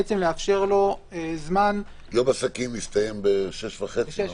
יום עסקים מסתיים ב-18:30?